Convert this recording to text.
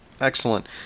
Excellent